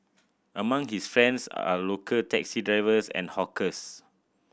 among his friends are local taxi drivers and hawkers